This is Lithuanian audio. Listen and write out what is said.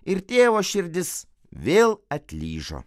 ir tėvo širdis vėl atlyžo